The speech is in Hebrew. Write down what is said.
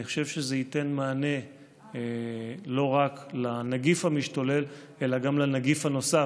אני חושב שזה ייתן מענה לא רק לנגיף המשתולל אלא גם לנגיף הנוסף,